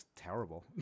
terrible